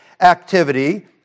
activity